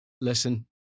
listen